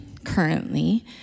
currently